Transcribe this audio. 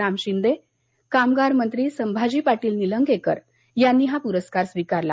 राम शिंदे कामगारमंत्री संभाजी पाटील निलंगेकर यांनी हा प्रस्कार स्वीकारला